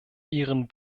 ihren